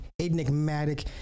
enigmatic